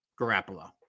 Garoppolo